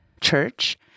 Church